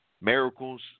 miracles